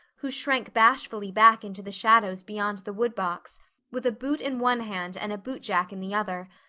who shrank bashfully back into the shadows beyond the woodbox with a boot in one hand and a bootjack in the other,